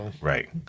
Right